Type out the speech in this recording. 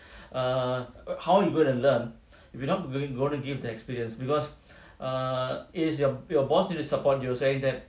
err how you going to learn if you not if you are not going to give the experience because err is your your boss need to support you saying that